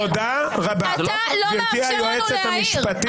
אתה לא נותן לנו להעיר.